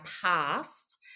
past